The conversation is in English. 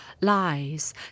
lies